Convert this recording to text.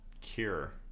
cure